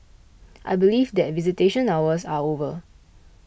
I believe that visitation hours are over